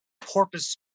porpoise